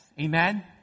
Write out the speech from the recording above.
Amen